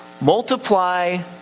Multiply